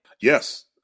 Yes